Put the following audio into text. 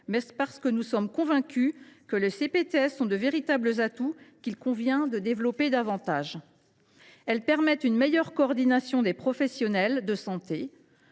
mais parce que nous sommes convaincus que les CPTS sont de véritables atouts, qu’il convient de développer davantage. Elles permettent une meilleure coordination des professionnels de santé,